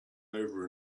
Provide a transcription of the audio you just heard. over